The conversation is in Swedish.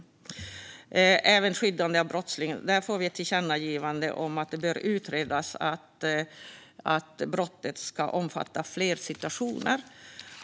När det gäller skyddande av brottsling har vi ett förslag till tillkännagivande om att det bör utredas att brottet ska omfatta fler situationer.